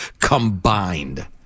combined